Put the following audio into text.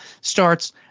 starts